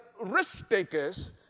risk-takers